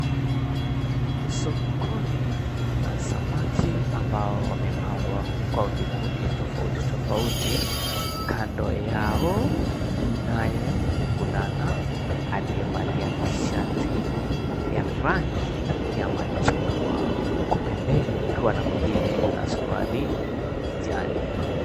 Sokoni mna samaki ambao wamepangwa kwa vikundi tofauti tofauti. Kando yao, mnaye mvulana aliyevalia tishati ya rangi ya machungwa. Huku pembeni mkiwa na mwengine yu na suruali ya kijani.